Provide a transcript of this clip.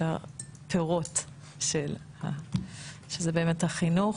את הפירות, החינוך.